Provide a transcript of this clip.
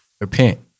repent